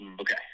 okay